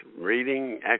Reading